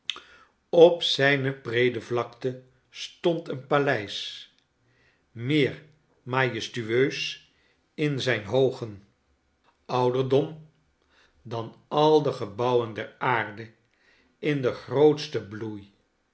op zijne breede vlakte stond een paleis meer majestueus in zijn hoogen ouderdom dan al de gebouwen der aarde in den grootsten bloei